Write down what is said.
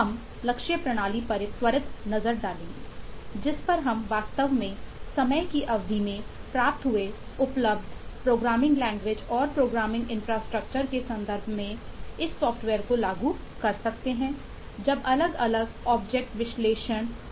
हम लक्ष्य प्रणाली पर एक त्वरित नज़र डालेंगे जिस पर हम वास्तव में समय की अवधि में प्राप्त हुए उपलब्ध प्रोग्रामिंग लैंग्वेज विकसित हो गए है